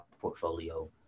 portfolio